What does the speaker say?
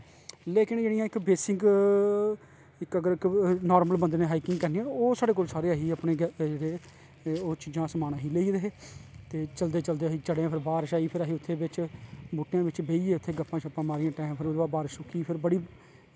लेकिन जेह्ड़ियां इक बेसिक नार्मल बंदे नै हाईकिंग करनी होऐ ओह् साढ़े कोल सारियां ऐहियां हां ओह् चीज़ां समान अस लेई गेदे हे ते चलदे चलदेअस चढ़े फिर बारश आई फिर अस बूह्टें बिच बेहियै गे गप्पां शप्पा मारियां टैम पर बारश रुकी फिर बड़ी